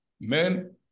men